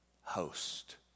host